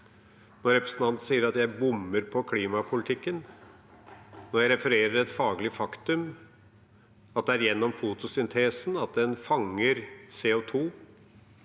Representanten sier at jeg bommer på klimapolitikken når jeg refererer et faglig faktum, at det er gjennom fotosyntesen en fanger CO2.